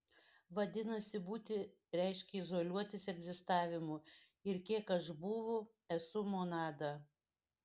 vadinasi būti reiškia izoliuotis egzistavimu ir kiek aš būvu esu monada